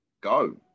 go